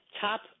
top